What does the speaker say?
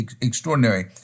extraordinary